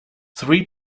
three